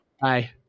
Bye